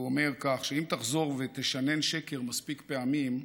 והוא אומר כך: אם תחזור ותשנן שקר מספיק פעמים,